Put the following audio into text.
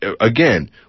again